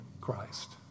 Christ